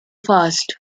fast